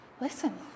listen